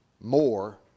more